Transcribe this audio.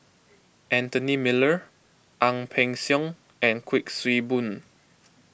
Anthony Miller Ang Peng Siong and Kuik Swee Boon